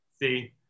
See